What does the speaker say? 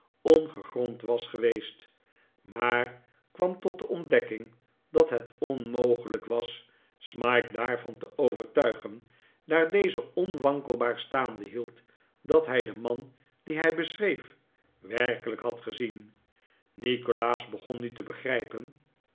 ongegrond was geweest maar kwam tot de ontdekking dat het onmogelijk was smike daarvan te overtuigen daar deze onwankelbaar staande hield dat hij den man dien hij beschreef werkelijk had gezien nikolaas begon nu te begrijpen